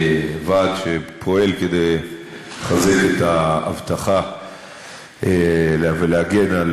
הוועד שפועל כדי לחזק את האבטחה ולהגן על